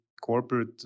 corporate